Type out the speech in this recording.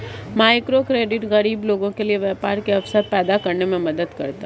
microcredit गरीब लोगों के लिए व्यापार के अवसर पैदा करने में मदद करता है